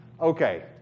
Okay